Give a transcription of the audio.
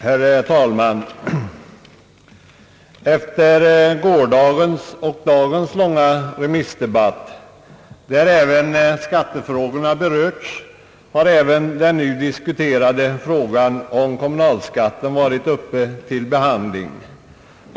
Herr talman! Under gårdagens och dagens långa remissdebatt, där även skattefrågorna berörts, har också den nu diskuterade frågan om kommunalskatten varit uppe till behandling.